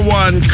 one